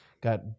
got